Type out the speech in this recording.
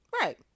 Right